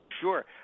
Sure